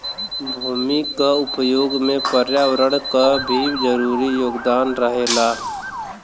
भूमि क उपयोग में पर्यावरण क भी जरूरी योगदान रहेला